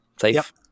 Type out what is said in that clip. Safe